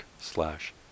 slash